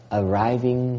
arriving